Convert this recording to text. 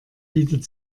bietet